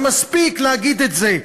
ומספיק להגיד את זה.